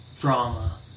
drama